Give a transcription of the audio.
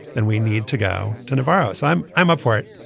then we need to go to novarro. so i'm i'm up for it.